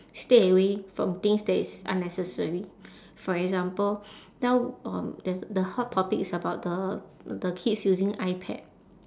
stay away from things that is unnecessary for example now um there's the hot topic is about the the kids using ipad